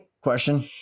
question